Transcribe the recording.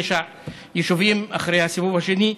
תשעה יישובים אחרי הסיבוב השני.